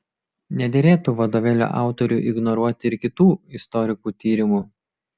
nederėtų vadovėlio autoriui ignoruoti ir kitų istorikų tyrimų